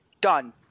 Done